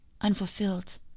unfulfilled